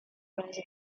prize